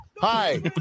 Hi